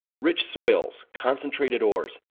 rich soils, concentrated ores,